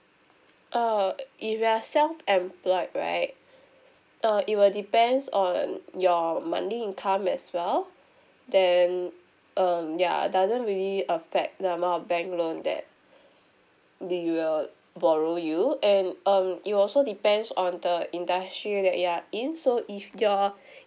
uh if you're self employed right uh it will depends on your monthly income as well then um ya doesn't really affect the amount of bank loan that we will borrow you and um it will also depends on the industry that you're in so if your